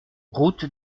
route